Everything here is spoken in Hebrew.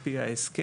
על פי ההסכם.